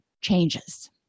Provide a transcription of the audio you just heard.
changes